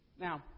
Now